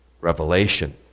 revelation